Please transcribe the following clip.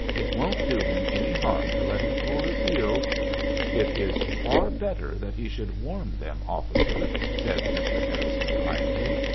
it won't do him any harm to let him cool his heels it is far better that he should warm them, officer, said mr. harrison kindly.